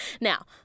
Now